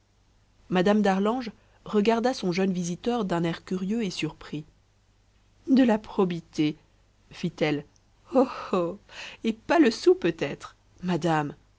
madame d'arlange regarda son jeune visiteur d'un air curieux et surpris de la probité fit-elle oh oh et pas le sou peut-être madame